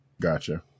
gotcha